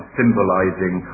symbolizing